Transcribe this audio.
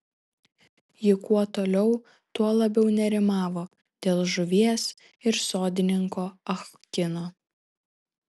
ji kuo toliau tuo labiau nerimavo dėl žuvies ir sodininko ah kino